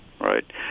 right